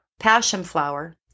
passionflower